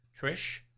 Trish